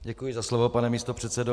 Děkuji za slovo, pane místopředsedo.